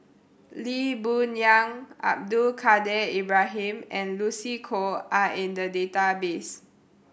Lee Boon Yang Abdul Kadir Ibrahim and Lucy Koh are in the database